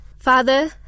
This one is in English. Father